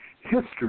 History